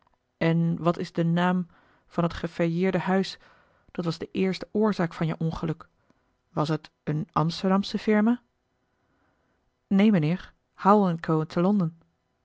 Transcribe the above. en wat is de naam van het gefailleerde huis dat was de eerste eli heimans willem roda oorzaak van jou ongeluk was het eene amsterdamsche firma neen mijnheer howell en co te